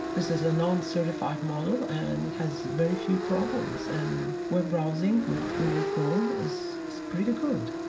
this is a non-certified model, and it has very few problems. and web browsing with google chrome is pretty good!